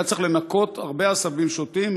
היה צריך לנקות הרבה עשבים שוטים,